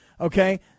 okay